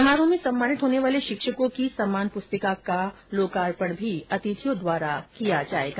समारोह में सम्मानित होने वाले शिक्षकों की सम्मान पुस्तिका का भी लोकार्पण अतिथियों द्वारा किया जाएगा